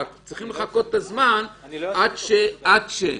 רק צריך לחכות זמן עד ש,